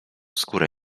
skórę